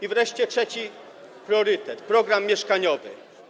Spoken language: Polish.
I wreszcie trzeci priorytet: program mieszkaniowy.